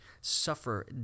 suffer